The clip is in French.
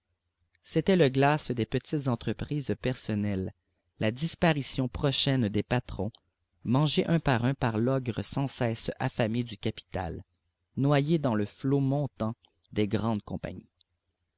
c'était le glas des petites entreprises personnelles la disparition prochaine des patrons mangés un à un par l'ogre sans cesse affamé du capital noyés dans le flot montant des grandes compagnies